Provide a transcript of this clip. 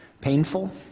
painful